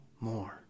more